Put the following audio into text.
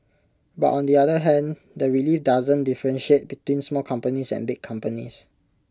but on the other hand the relief doesn't differentiate between small companies and big companies